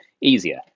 Easier